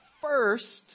first